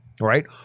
right